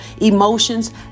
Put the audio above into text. emotions